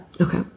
Okay